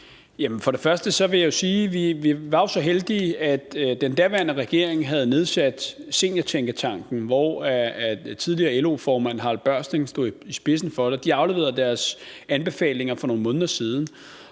jo var så heldige, at den daværende regering havde nedsat seniortænketanken, som tidligere LO-formand Harald Børsting stod i spidsen for. De afleverede deres anbefalinger for nogle måneder siden.